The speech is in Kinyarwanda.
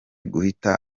guhita